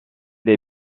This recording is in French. les